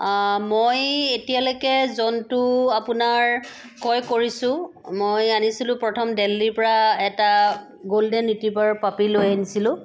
মই এতিয়ালৈকে জন্তু আপোনাৰ ক্ৰয় কৰিছোঁ মই আনিছিলোঁ প্ৰথম দেল্লীৰপৰা এটা গল্ডেন ৰিটৰাইভৰ পাপি লৈ আনিছিলোঁ